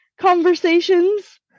conversations